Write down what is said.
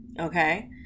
Okay